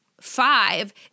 five